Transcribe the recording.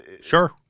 Sure